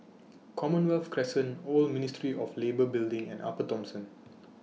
Commonwealth Crescent Old Ministry of Labour Building and Upper Thomson